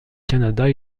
canada